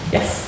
Yes